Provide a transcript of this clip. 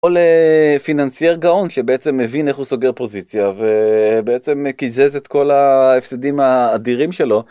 כל פיננסייר גאון שבעצם מבין איך הוא סוגר פוזיציה ובעצם קיזז את כל ההפסדים האדירים שלו.